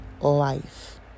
life